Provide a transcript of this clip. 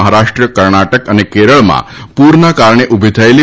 મહારાષ્ટ્ર કર્ણાટક અને કેરળમાં પૂરના કારણે ઉભી થયેલી